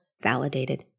validated